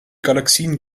galaxien